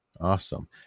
Awesome